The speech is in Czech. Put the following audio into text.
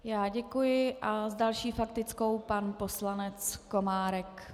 Já děkuji a s další faktickou pan poslanec Komárek.